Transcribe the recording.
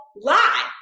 lie